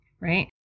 right